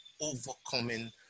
overcoming